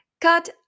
Cut